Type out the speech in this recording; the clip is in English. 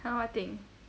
!huh! what thing